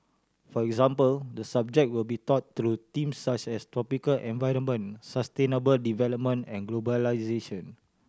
for example the subject will be taught through themes such as tropical environment sustainable development and globalisation